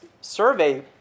survey